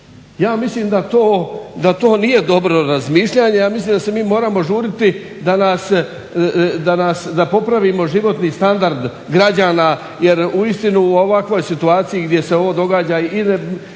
Ja mislim da to nije dobro razmišljanje. Ja mislim da se mi moramo žuriti da popravimo životni standard građana, jer uistinu u ovakvoj situaciji gdje se ovo događa i rast